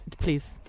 please